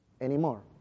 anymore